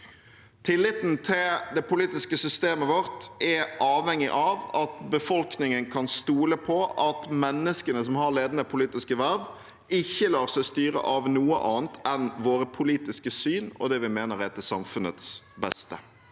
Tilliten til det politiske systemet vårt er avhengig av at befolkningen kan stole på at de menneskene som har ledende politiske verv, ikke lar seg styre av noe annet enn sitt politiske syn og det de mener er til samfunnets beste.